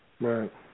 Right